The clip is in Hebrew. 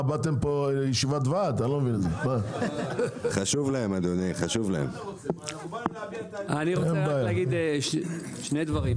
שלום, אני רוצה לומר שני דברים.